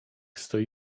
stoi